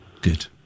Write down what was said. Good